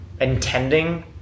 intending